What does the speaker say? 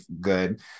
good